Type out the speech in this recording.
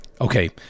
okay